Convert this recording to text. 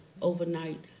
overnight